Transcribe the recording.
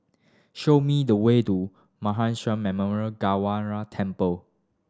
show me the way to Mahan Memorial Gurdwara Temple